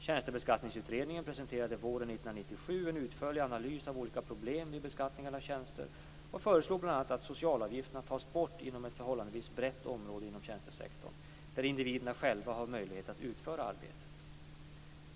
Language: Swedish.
Tjänstebeskattningsutredningen presenterade våren 1997 en utförlig analys av olika problem vid beskattningen av tjänster och föreslog bl.a. att socialavgifterna tas bort inom ett förhållandevis brett område inom tjänstesektorn, där individerna själva har möjlighet att utföra arbetet.